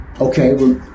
Okay